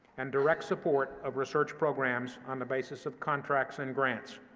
and direct support of research programs on the basis of contracts and grants,